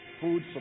Food